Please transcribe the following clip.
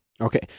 Okay